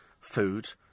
food